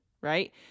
right